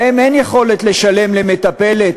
להם אין יכולת לשלם למטפלת,